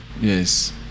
yes